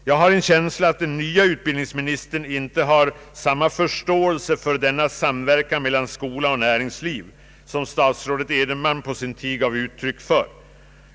Jag har en känsla av att den nye utbildningsministern inte har samma förståelse för denna samverkan mellan skola och näringsliv som statsrådet Edenman på sin tid gav uttryck för.